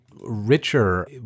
richer